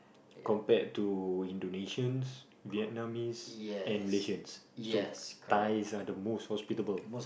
compared to Indonesians Vietnamese and Malaysians so Thais are the most hospitable